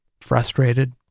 frustrated